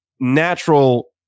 natural